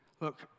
Look